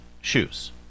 shoes